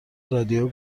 رادیو